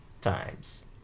times